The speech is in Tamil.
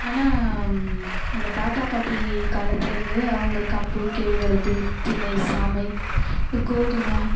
ஆனால் நம்ம தாத்தா பாட்டி காலத்திலேருந்து அவங்க கம்பு கேழ்வரகு தினை சாமை கோதுமை